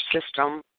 system